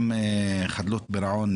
גם חדלות פירעון,